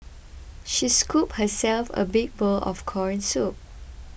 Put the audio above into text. she scooped herself a big bowl of Corn Soup